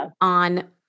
on